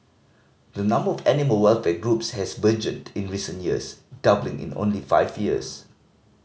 the number of animal welfare groups has burgeoned in recent years doubling in only five years